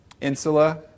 insula